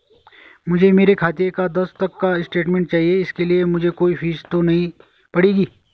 मुझे मेरे खाते का दस तक का स्टेटमेंट चाहिए इसके लिए मुझे कोई फीस तो नहीं पड़ेगी?